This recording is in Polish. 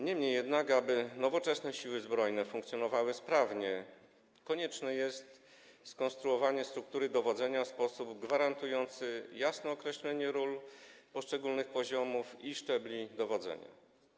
Niemniej jednak, aby nowoczesne Siły Zbrojne funkcjonowały sprawnie, konieczne jest skonstruowanie struktury dowodzenia w sposób gwarantujący jasne określenie ról poszczególnych poziomów i szczebli dowodzenia.